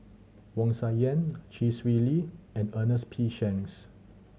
Wu Tsai Yen Chee Swee Lee and Ernest P Shanks